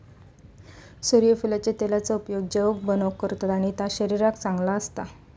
सुर्यफुलाच्या तेलाचा उपयोग जेवाण बनवूक करतत आणि ता शरीराक चांगला असता